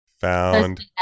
found